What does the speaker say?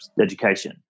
education